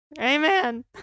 Amen